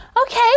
Okay